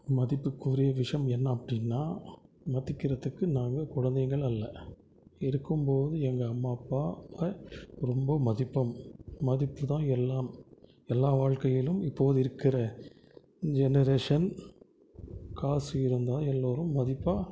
மதிப்பிற்குரிய விஷயம் என்ன அப்படின்னா மாற்றிக்கிறதுக்கு நாங்கள் குழந்தைகள் அல்ல இருக்கும் போது எங்கள் அம்மா அப்பாவை ரொம்ப மதிப்போம் மதிப்பு தான் எல்லாம் எல்லா வாழ்க்கையிலும் இப்போது இருக்கிற ஜெனரேஷன் காசு இருந்தால் எல்லோரும் மதிப்பாக